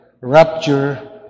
rapture